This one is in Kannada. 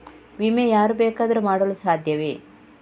ವಿಮೆ ಯಾರು ಬೇಕಾದರೂ ಮಾಡಲು ಸಾಧ್ಯವೇ?